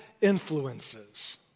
influences